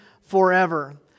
forever